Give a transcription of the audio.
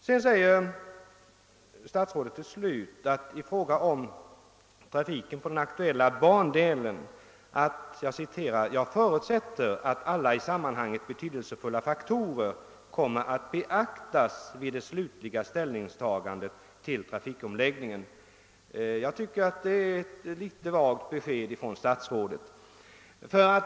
Sedan säger statsrådet till slut beträffande trafiken på den aktuella bandelen: >»Jag förutsätter att alla i sammanhanget betydelsefulla faktorer kommer att beaktas vid det slutliga ställningstagandet till trafikomläggningen.» Jag tycker att detta är ett väl vagt besked från statsrådet.